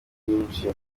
nyinshi